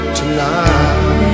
tonight